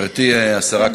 גברתי השרה,